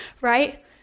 right